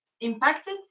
impacted